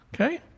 Okay